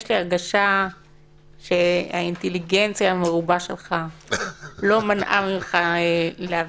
יש לי הרגשה שהאינטליגנציה המרובה שלך לא מנעה ממך להבין.